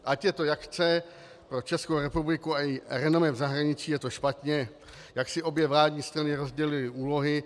Ať je to jak chce, pro Českou republiku a její renomé v zahraničí je to špatně, jak si obě vládní strany rozdělily úlohy.